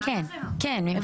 כן, כן.